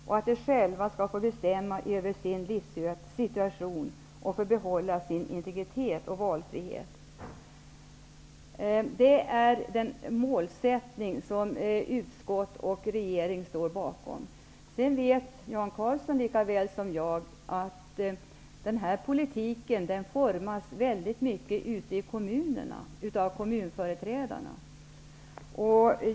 De skall själva få bestämma över sin livssituation och få behålla integritet och valfrihet. Det är den målsättning som utskottet och regeringen står bakom. Sedan vet Jan Karlsson lika väl som jag att politiken i stor utsträckning formas ute i kommunerna av kommunföreträdarna.